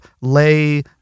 lay